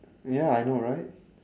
ya I know right